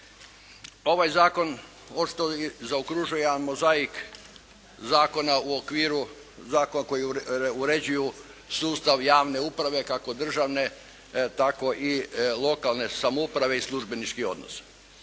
Ovaj zakon oštro zaokružuje jedan mozaik zakona u okviru zakona koji uređuju sustav javne uprave, kako državne tako i lokalne samouprave i službeničkih odnosa.